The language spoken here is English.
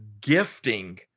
gifting